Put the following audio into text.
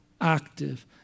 active